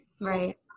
Right